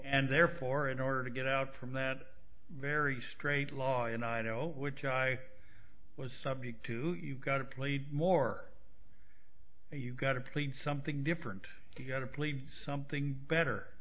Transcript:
and therefore in order to get out from that very straight law and i know which i was subject to you've got to plead more you've got to plead something different get a plea something better